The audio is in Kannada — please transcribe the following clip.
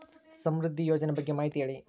ಸಮೃದ್ಧಿ ಯೋಜನೆ ಬಗ್ಗೆ ಮಾಹಿತಿ ಹೇಳಿ?